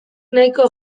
nahiko